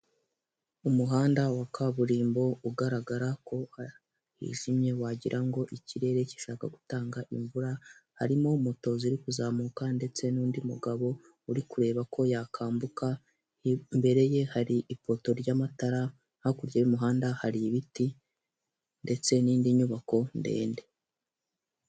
Umuhanda wa kaburimbo ugaragara ko wijimye, wagirango ikirere gishaka gutanga imvura, harimo moto ziri kuzamuka ndetse n' undi mugabo uri kureba ko yakambuka, imbere ye hari ipoto ry' amatara, hakurya y' umuhanda hari ibiti ndetse n' Indi nyubako ndende.